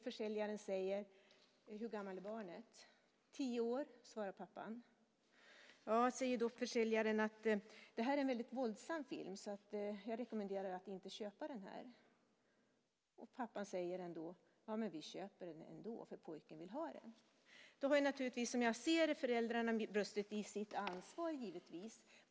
Försäljaren frågade: Hur gammalt är barnet? Tio år, svarar pappan. Ja, säger försäljaren, det här är en väldigt våldsam film, så jag rekommenderar att inte köpa den. Men pappan säger: Vi köper den ändå, för pojken vill ha den. Då har föräldrarna, som jag ser det, givetvis brustit i sitt ansvar.